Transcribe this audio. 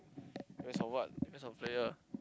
depends on what depends on the player